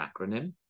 acronym